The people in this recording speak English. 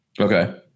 Okay